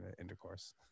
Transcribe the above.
intercourse